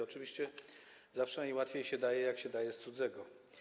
Oczywiście zawsze najłatwiej się daje, jak się daje z cudzego.